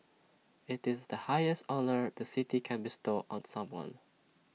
IT is the highest honour the city can bestow on someone